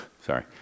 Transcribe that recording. Sorry